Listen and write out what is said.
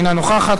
אינה נוכחת,